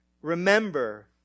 Remember